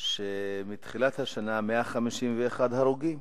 מתחילת השנה 151 הרוגים.